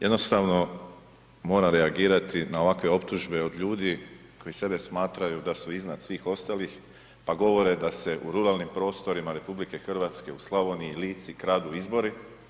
Jednostavno moram reagirati na ovakve optužbe od ljudi koji sebe smatraju da su iznad svih ostalih pa govore da se u ruralnim prostorima RH u Slavoniji i Lici kradu izbori.